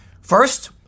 First